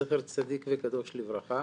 זכר צדיק וקדוש לברכה,